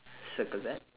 circle that